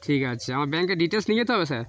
ঠিক আছে আমার ব্যাঙ্কের ডিটেলস নিয়ে যেতে হবে স্যার